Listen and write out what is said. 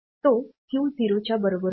तो Q 0 च्या बरोबर होता